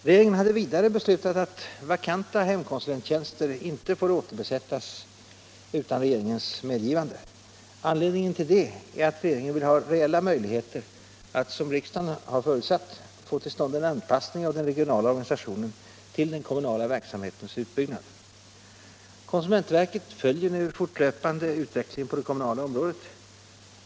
Regeringen hade vidare beslutat att vakanta hemkonsulenttjänster inte får återbesättas utan regeringens medgivande. Anledningen härtill är att regeringen vill ha reella möjligheter att, som riksdagen förutsatt, få till stånd en anpassning av den regionala organisationen till den kommunala verksamhetens utbyggnad. Konsumentverket följer nu fortlöpande utvecklingen på det kommunala området.